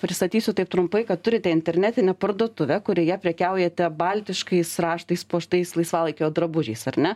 pristatysiu taip trumpai kad turite internetinę parduotuvę kurioje prekiaujate baltiškais raštais puoštais laisvalaikio drabužiais ar ne